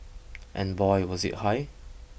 and boy was it high